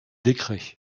décrets